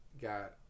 got